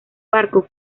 barco